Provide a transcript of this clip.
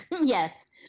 Yes